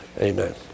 amen